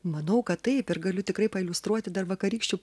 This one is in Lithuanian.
manau kad taip ir galiu tikrai pailiustruoti dar vakarykščių